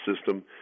system